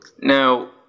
now